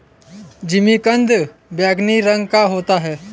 जिमीकंद बैंगनी रंग का होता है